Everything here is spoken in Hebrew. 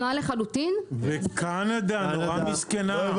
וקנדה נורא מסכנה.